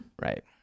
Right